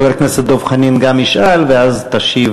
חבר הכנסת דב חנין גם ישאל, ואז תשיב